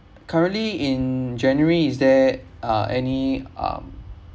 currently in january is there uh any um